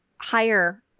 higher